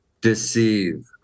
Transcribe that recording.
deceive